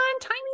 tiny